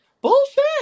bullshit